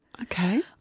Okay